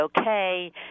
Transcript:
okay